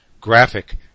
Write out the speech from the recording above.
graphic